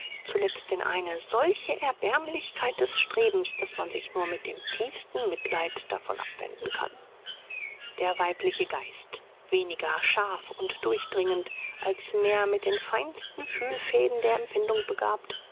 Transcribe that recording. zuletzt in eine solche erbärmlichkeit des strebens daß man sich nur mit dem tiefsten mitleid davon abwenden kann der weibliche geist weniger scharf und durchdringend als mehr mit den feinsten fühlfäden der empfindung begabt